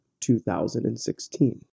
2016